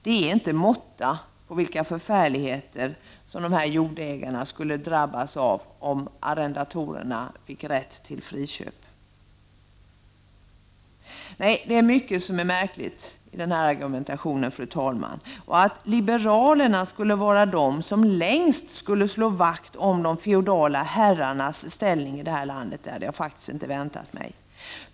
Det är inte någon måtta på vilka förfärligheter dessa jordägare skulle drabbas av om arrendatorerna fick rätt att friköpa gårdarna. Nej, det är mycket som är märkligt i denna argumentation, fru talman. Att liberalerna skulle vara de som längst skulle slå vakt om de feodala herrarnas ställning i det här landet hade jag faktiskt inte väntat mig.